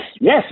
yes